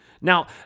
Now